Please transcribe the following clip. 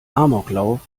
amoklauf